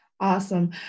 Awesome